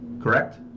Correct